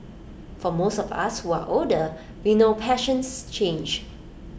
for most of us who are older we know passions change